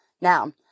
Now